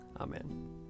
Amen